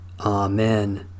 Amen